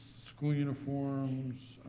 school uniforms.